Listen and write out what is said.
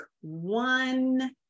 one